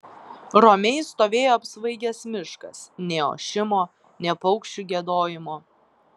romiai stovėjo apsvaigęs miškas nė ošimo nė paukščių giedojimo